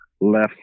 left